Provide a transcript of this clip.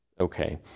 Okay